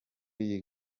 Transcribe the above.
iyi